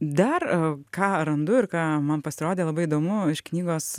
dar ką randu ir ką man pasirodė labai įdomu iš knygos